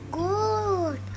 good